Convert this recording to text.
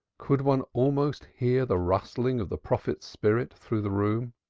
could one almost hear the rustling of the prophet's spirit through the room?